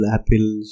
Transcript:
Apple